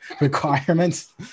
requirements